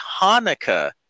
Hanukkah